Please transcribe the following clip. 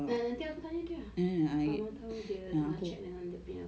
nanti aku tanya dia ah mana tahu dia tengah check dengan dia punya